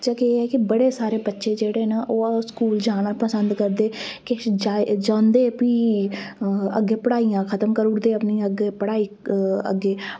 की बड़े सारे बच्चे न ओह् कुदै जाना पसंद करदे ते जांदे ते भी अग्गें पढ़ाइयां खतम करी ओड़दे ते अग्गें पढ़ाई अग्गें